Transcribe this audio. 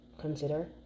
consider